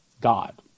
God